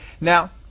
Now